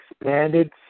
expanded